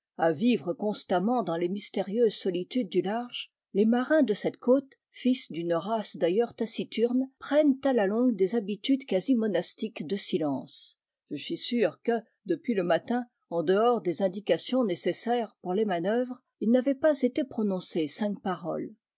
a vivre constamment dans les mystérieuses solitudes du large les marins de cette côte fils d'une race d'ailleurs taciturne prennent à la longue des habitudes quasi monastiques de silence je suis sûr que depuis le matin en dehors des indications nécessaires pour les manœuvres il n'avait pas été prononcé cinq paroles